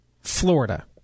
Florida